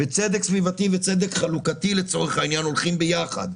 צדק סביבתי וצדק חלוקתי הולכים ביחד.